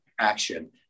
action